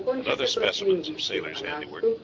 and other specimens of sailors' handiwork.